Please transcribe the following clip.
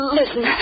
listen